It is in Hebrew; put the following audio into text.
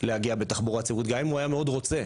להגיע בתחבורה ציבורית גם אם הוא היה מאוד רוצה.